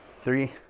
three